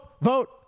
vote